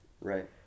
Right